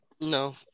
No